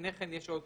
לפני כן יש עוד